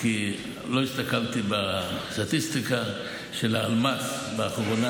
כי לא הסתכלתי בסטטיסטיקה של הלמ"ס לאחרונה,